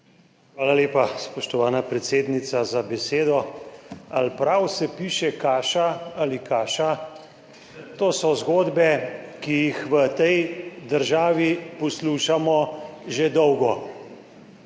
Hvala lepa, spoštovana predsednica, za besedo. »Ali prav se piše kaša ali kaša?« - to so zgodbe, ki jih v tej državi poslušamo že dolgo.